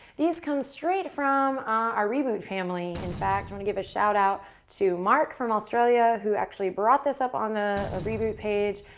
these come straight from our reboot family. in fact, i want to give a shout out to mark from australia who actually brought this up on the ah reboot page.